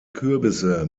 kürbisse